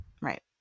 Right